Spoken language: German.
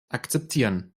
akzeptieren